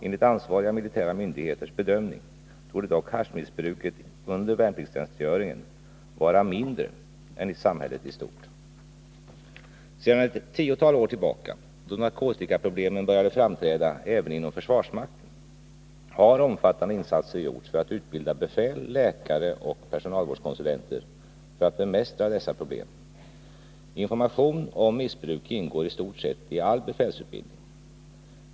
Enligt ansvariga militära myndigheters bedömning torde dock haschmissbruket under värnpliktstjänstgöringen vara mindre än i samhället i stort. Sedan ett tiotal år tillbaka, då narkotikaproblemen började framträda även inom försvarsmakten, har omfattande insatser gjorts för att utbilda befäl, läkare och personalvårdskonsulenter för att bemästra dessa problem. Information om missbruk ingår i stort sett i all befälsutbildning.